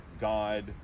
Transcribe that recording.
God